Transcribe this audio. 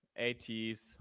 80s